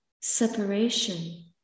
separation